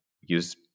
use